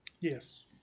Yes